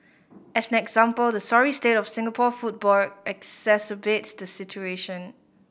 as an example the sorry state of Singapore football exacerbates the situation